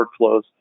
workflows